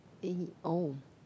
then he oh